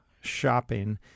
shopping